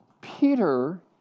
Peter